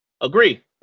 Agree